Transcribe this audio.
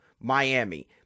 Miami